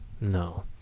no